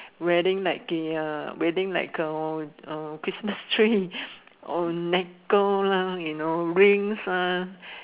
wedding like the a wedding like a a Christmas tree or necklace lah you know rings ah